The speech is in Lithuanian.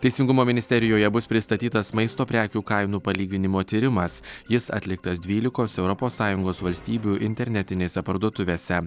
teisingumo ministerijoje bus pristatytas maisto prekių kainų palyginimo tyrimas jis atliktas dvylikos europos sąjungos valstybių internetinėse parduotuvėse